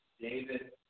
David